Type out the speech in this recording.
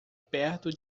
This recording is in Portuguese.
perto